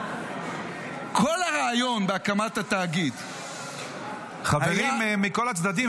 כל הרעיון בהקמת התאגיד --- חברים מכל הצדדים,